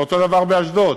ואותו הדבר באשדוד,